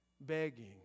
begging